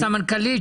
הסמנכ"לית,